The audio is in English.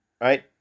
right